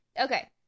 Okay